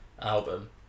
album